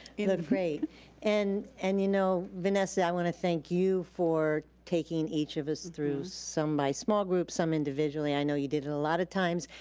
great. and and you know vanessa, i wanna thank you for taking each of us through, some by small groups, some individually. i know you did it a lotta times.